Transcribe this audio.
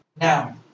Now